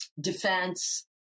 defense